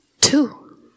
Two